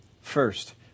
first